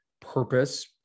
purpose